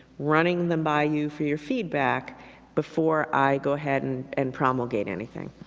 running them by you for your feedback before i go ahead and and promulgate anything.